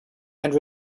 and